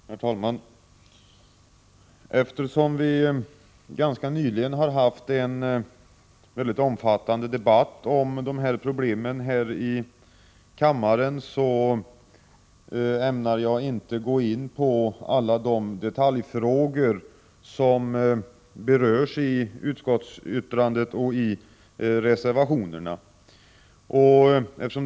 Herr talman! Eftersom vi ganska nyligen här i kammaren har haft en omfattande debatt om dessa problem ämnar jag inte gå in på alla de detaljfrågor som berörs i utskottsbetänkandet och i reservationerna.